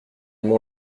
m’ont